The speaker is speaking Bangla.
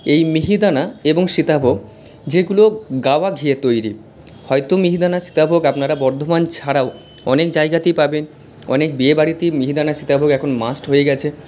এই মিহিদানা এবং সীতাভোগ যেগুলো গাওয়া ঘিয়ের তৈরি হয়তো মিহিদানা সীতাভোগ আপনারা বর্ধমান ছাড়াও অনেক জায়গাতেই পাবেন অনেক বিয়েবাড়িতেই মিহিদানা সীতাভোগ এখন মাস্ট হয়ে গিয়েছে